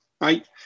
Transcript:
right